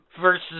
versus